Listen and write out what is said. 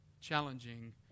challenging